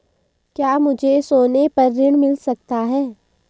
क्या मुझे सोने पर ऋण मिल सकता है?